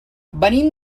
venim